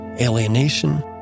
alienation